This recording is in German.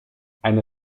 eine